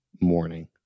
morning